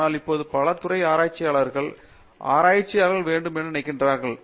ஆனாலும் இப்போது பல துறைகளில் ஆராய்ச்சியாளர்கள் ஆய்வாளர்களைப் பார்க்கிறார்கள் என நினைக்கிறேன்